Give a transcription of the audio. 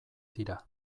dira